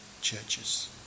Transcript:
churches